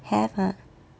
have !huh!